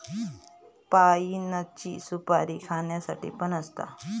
पाइनची सुपारी खाण्यासाठी पण असता